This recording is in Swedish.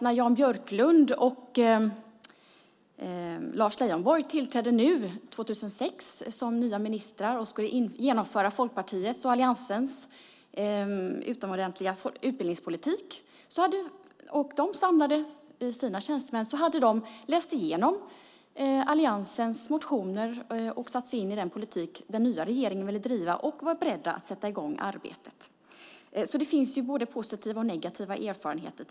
När Jan Björklund och Lars Leijonborg 2006 tillträdde som nya ministrar och skulle genomföra Folkpartiets och alliansens utomordentliga utbildningspolitik samlade de sina tjänstemän. De hade läst igenom alliansens motioner och satt sig in i den politik som den nya regeringen ville driva och var beredda att sätta i gång arbetet. Så det finns både positiva och negativa erfarenheter.